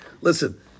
Listen